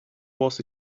was